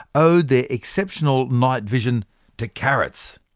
owed their exceptional night vision to carrots.